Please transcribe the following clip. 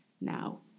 Now